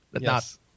yes